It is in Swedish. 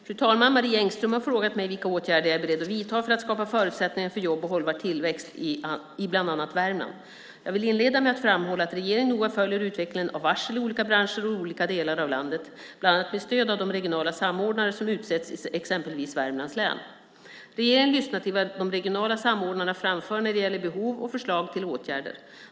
Fru talman! Marie Engström har frågat mig vilka åtgärder jag är beredd att vidta för att skapa förutsättningar för jobb och hållbar tillväxt i bland annat Värmland. Jag vill inleda med att framhålla att regeringen noga följer utvecklingen av varsel i olika branscher och i olika delar av landet, bland annat med stöd av de regionala samordnare som utsetts i exempelvis Värmlands län. Regeringen lyssnar till vad de regionala samordnarna framför när det gäller behov och förslag till åtgärder.